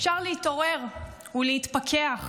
אפשר להתעורר ולהתפכח.